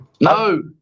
No